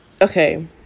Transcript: Okay